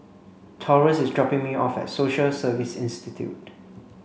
Taurus is dropping me off at Social Service Institute